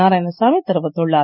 நாராயணசாமி தெரிவித்துள்ளார்